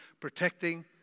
protecting